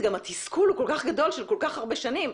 התסכול הגדול נמשך כבר שנים רבות,